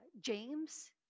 James